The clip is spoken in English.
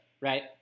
right